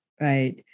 right